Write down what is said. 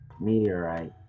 meteorite